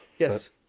Yes